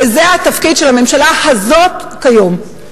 וזה התפקיד של הממשלה הזאת כיום.